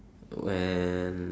when